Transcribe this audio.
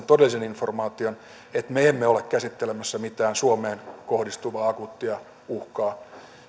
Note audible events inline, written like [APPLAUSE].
[UNINTELLIGIBLE] todellisen informaation että me emme ole käsittelemässä mitään suomeen kohdistuvaa akuuttia uhkaa